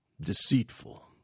deceitful